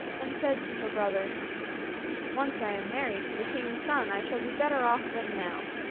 and said to her brother once i am married to the king's son i shall be better off than now.